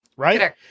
Right